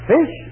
Fish